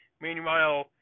meanwhile